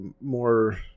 more